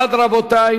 מי בעד, רבותי?